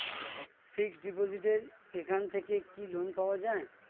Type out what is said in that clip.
Fix ডিপোজিটের এখান থেকে কি লোন পাওয়া যায়?